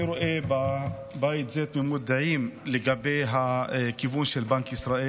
אני רואה בבית זה תמימות דעים לגבי הכיוון של בנק ישראל.